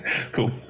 Cool